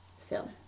film